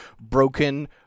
broken